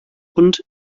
und